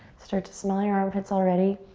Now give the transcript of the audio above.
start to smell your armpits already.